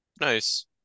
Nice